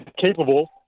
capable